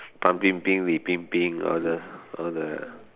fan bing bing li bing bing all the all the